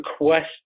request